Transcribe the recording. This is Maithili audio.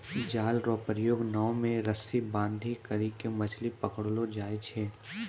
जाल रो प्रयोग नाव मे रस्सी बांधी करी के मछली पकड़लो जाय छै